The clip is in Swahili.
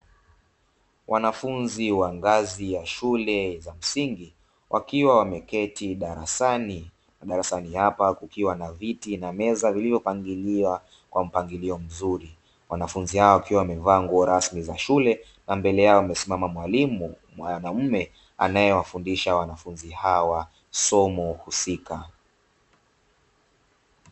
Wanafunzi wa ngazi ya shule za msingi wakiwa wameketi darasani, na darasani hapa kukiwa na viti na meza vilivyopangiliwa kwa mpangilio mzuri, wanafunzi hao wakiwa wamevaa nguo rasmi za shule, na mbele yao wamesimama mwalimu mwanamume anayewafundisha wanafunzi hawa somo husika.